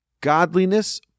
godliness